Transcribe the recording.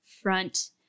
front